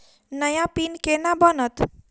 नया पिन केना बनत?